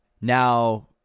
Now